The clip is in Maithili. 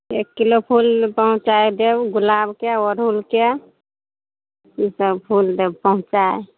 एक किलो फुल पहुँचाए देब गुलाबके ओड़हुलके ई सब फुल देब पहुंँचाए